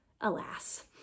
Alas